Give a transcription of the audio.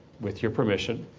with your permission,